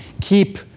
keep